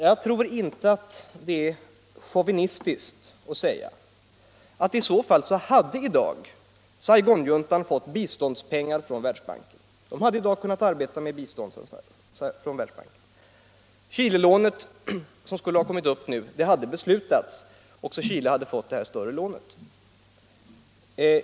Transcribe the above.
Jag tror inte att det är chauvinistiskt att säga att i så fall hade Saigonjuntan i dag fått biståndspengar från Världsbanken. Chilelånet som skulle ha kommit upp nu hade beslutats, också Chile hade fått det större lånet.